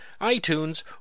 iTunes